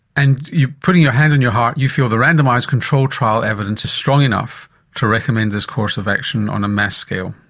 and putting your hand on your heart you feel the randomised control trial evidence is strong enough to recommend this course of action on a mass scale?